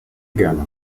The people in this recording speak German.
gerne